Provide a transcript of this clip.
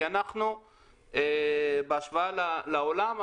כי אנחנו בהשוואה לעולם,